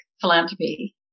philanthropy